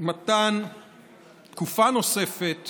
מתן תקופה נוספת